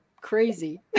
crazy